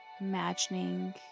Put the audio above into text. imagining